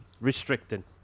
restricting